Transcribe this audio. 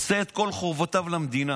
עושה את כל חובותיו למדינה,